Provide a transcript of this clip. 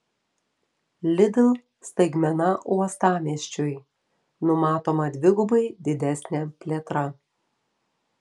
lidl staigmena uostamiesčiui numatoma dvigubai didesnė plėtra